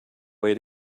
way